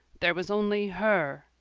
there was only her.